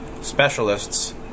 specialists